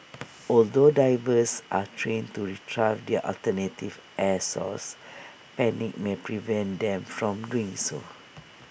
although divers are trained to Retrieve their alternative air source panic may prevent them from doing so